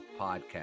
podcast